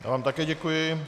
Já vám také děkuji.